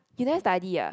you never study ah